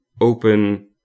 open